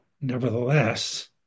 nevertheless